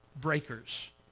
breakers